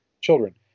children